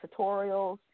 Tutorials